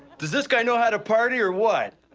does this guy know how to party or what?